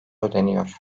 ödeniyor